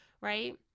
right